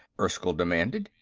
erskyll demanded.